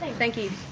thank you.